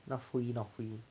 not free not free